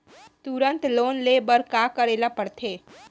तुरंत लोन ले बर का करे ला पढ़थे?